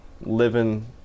Living